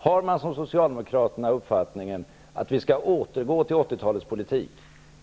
Har man som Socialdemokraterna uppfattningen att vi skall återgå till 80-talets politik